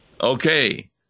Okay